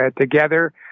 together